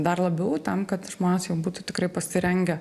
dar labiau tam kad žmonės jau būtų tikrai pasirengę